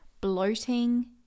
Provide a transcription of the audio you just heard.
bloating